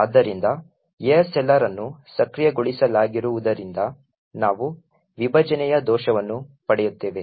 ಆದ್ದರಿಂದ ASLR ಅನ್ನು ಸಕ್ರಿಯಗೊಳಿಸಲಾಗಿರುವುದರಿಂದ ನಾವು ವಿಭಜನೆಯ ದೋಷವನ್ನು ಪಡೆಯುತ್ತೇವೆ